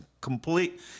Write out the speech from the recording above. complete